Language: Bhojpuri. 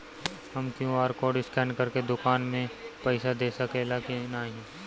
हम क्यू.आर कोड स्कैन करके दुकान में पईसा दे सकेला की नाहीं?